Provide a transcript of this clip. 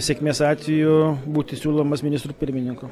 sėkmės atveju būti siūlomas ministru pirmininku